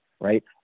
right